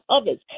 others